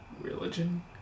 religion